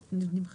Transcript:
אין לי